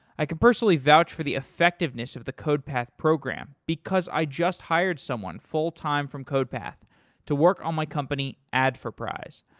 i could personally vouch for the effectiveness of the codepath program because i just hired someone full-time from codepath to work on my company adforprize.